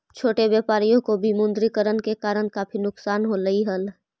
छोटे व्यापारियों को विमुद्रीकरण के कारण काफी नुकसान होलई हल